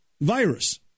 virus